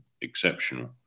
exceptional